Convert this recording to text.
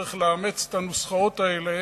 צריך לאמץ את הנוסחאות האלה?